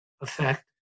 effect